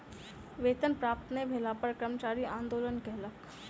वेतन प्राप्त नै भेला पर कर्मचारी आंदोलन कयलक